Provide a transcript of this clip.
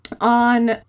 on